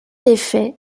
effet